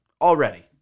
already